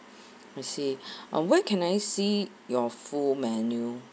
I see uh where can I see your full menu